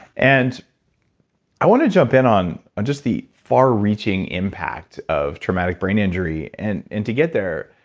and i want to jump in on just the far-reaching impact of traumatic brain injury and and to get their,